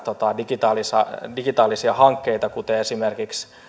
digitaalisia digitaalisia hankkeita kuten esimerkiksi